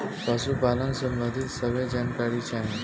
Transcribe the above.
पशुपालन सबंधी सभे जानकारी चाही?